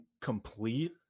complete